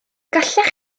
gallech